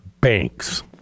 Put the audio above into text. banks